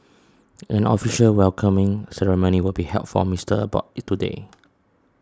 an official welcoming ceremony will be held for Mister Abbott today